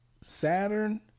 Saturn